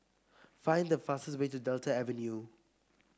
find the fastest way to Delta Avenue